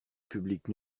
public